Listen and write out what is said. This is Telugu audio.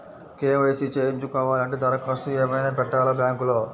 కే.వై.సి చేయించుకోవాలి అంటే దరఖాస్తు ఏమయినా పెట్టాలా బ్యాంకులో?